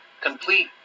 complete